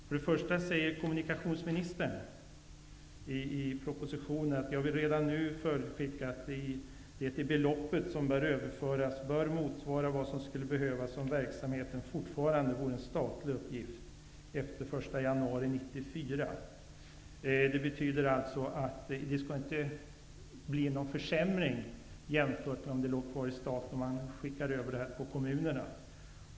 Först och främst säger kommunikationsministern följande i propositionen: Jag vill redan nu förutskicka att det belopp som bör överföras bör motsvara vad som skulle behövas om verksamheten fortfarande vore en statlig uppgift efter den 1 januari 1994. Det betyder alltså att det inte skall bli någon försämring jämfört med om det låg kvar hos staten och skickades över till kommunerna.